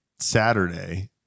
Saturday